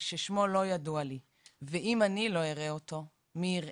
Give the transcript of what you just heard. ששמו / לא ידוע לי / ואם אני לא אראה אותו / מי יראה?